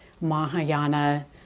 Mahayana